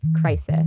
Crisis